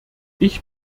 ich